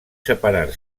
separar